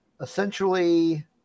essentially